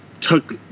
took